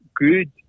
good